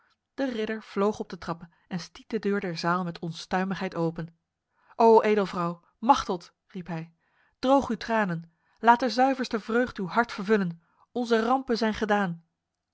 de ridder vloog op de trappen en stiet de deur der zaal met onstuimigheid open o edelvrouw machteld riep hij droog uw tranen laat de zuiverste vreugd uw hart vervullen onze rampen zijn gedaan